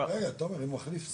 רגע, תומר, הוא מחליף שכירות.